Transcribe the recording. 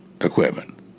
equipment